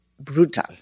brutal